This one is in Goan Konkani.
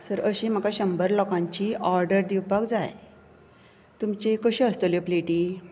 सो अशीं म्हाका शंबर लोकांची ऑडर दिवपाक जाय तुमच्यो कश्यो आसतल्यो प्लेटी